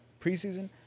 preseason